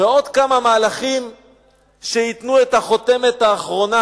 ועוד כמה מהלכים שייתנו את החותמת האחרונה,